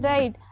Right